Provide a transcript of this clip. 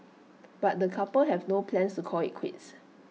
but the couple have no plans to call IT quits